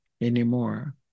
anymore